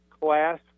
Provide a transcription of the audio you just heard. class